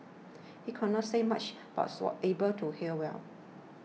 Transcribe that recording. he could not say much but was able to hear well